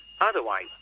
otherwise